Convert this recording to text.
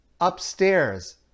upstairs